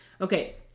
Okay